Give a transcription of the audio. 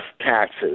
taxes